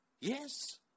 Yes